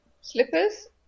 Slippers